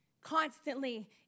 constantly